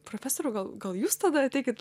profesoriau gal gal jūs tada ateikit